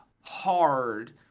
hard